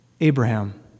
Abraham